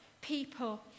people